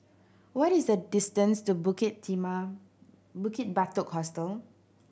what is the distance to Bukit Bukit Batok Hostel